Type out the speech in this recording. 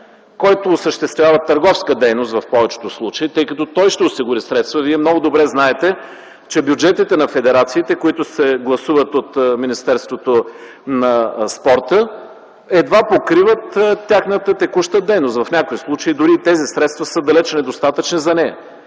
който осъществява търговска дейност в повечето случаи, тъй като той ще осигури средства. Вие много добре знаете, че бюджетите на федерациите, които се гласуват от Министерството на спорта, едва покриват тяхната текуща дейност. В някои случаи дори тези средства са далеч недостатъчни за нея.